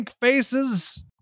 faces